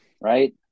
right